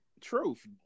Truth